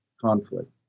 conflict